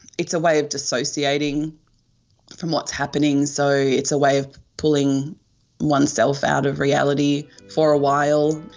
it's a way of dissociating from what's happening, so it's a way of pulling oneself out of reality for a while.